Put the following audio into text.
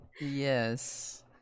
yes